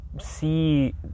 see